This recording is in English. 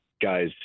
guys